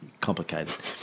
Complicated